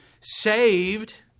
saved